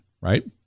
right